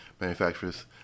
manufacturers